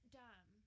dumb